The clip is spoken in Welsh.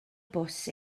bws